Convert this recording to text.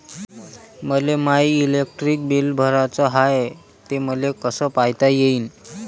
मले my electric bill भराचं हाय, ते मले कस पायता येईन?